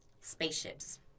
spaceships